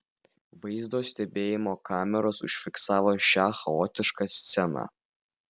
vaizdo stebėjimo kameros užfiksavo šią chaotišką sceną